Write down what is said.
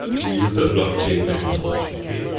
use of blockchain technology. okay?